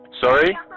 Sorry